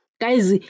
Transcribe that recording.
Guys